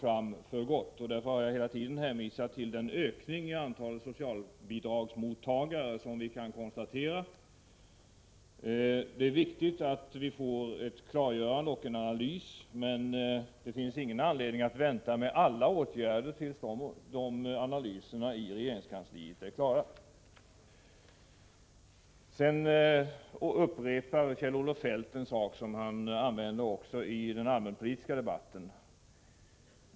Jag har därför hela tiden hänvisat till den ökning av antalet socialbidragsmottagare som vi kan konstatera. Det är viktigt att vi får en analys och ett klargörande, men det finns ingen anledning att vänta med alla åtgärder till dess analyserna i regeringskansliet är klara. Kjell-Olof Feldt upprepar ett argument som han använde också i den allmänpolitiska debatten.